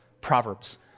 Proverbs